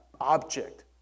object